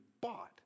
bought